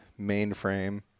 mainframe